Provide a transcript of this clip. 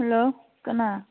hello ꯀꯅꯥ